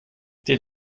den